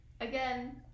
Again